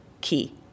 Key